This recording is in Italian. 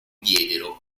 diedero